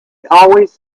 always